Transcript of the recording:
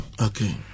Okay